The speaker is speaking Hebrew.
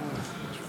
700, משהו כזה.